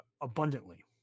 abundantly